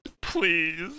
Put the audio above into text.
Please